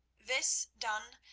this done,